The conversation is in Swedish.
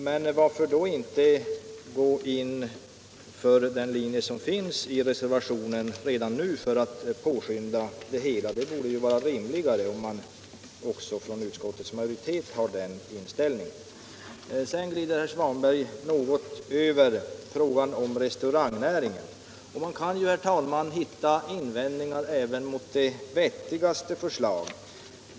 Men varför då inte gå på den linje som reservationen förordar och därmed påskynda det hela? Det borde ju vara rimligt, om nu utskottets majoritet har denna inställning. Sedan glider herr Svanberg något lätt förbi frågan om restaurangnäringen. Man kan, herr talman, hitta invändningar även mot de vettigaste förslag.